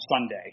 Sunday